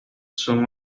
son